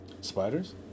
Spiders